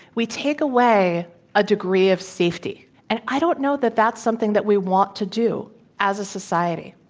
we take away a degree of safety and i don't know that that's something that we want to do as a society.